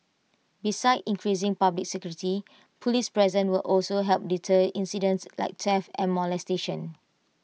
besides increasing public security Police presence will also help deter incidents like theft and molestation